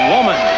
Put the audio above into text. Woman